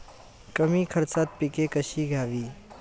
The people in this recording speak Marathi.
कमी खर्चात पिके कशी घ्यावी?